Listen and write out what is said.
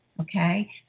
okay